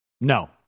No